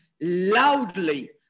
loudly